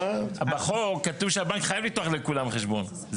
בחוק כתוב שהבנק חייב לפתוח לכולם חשבון.